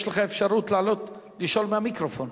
יש לך אפשרות לעלות לשאול מהמיקרופון.